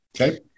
Okay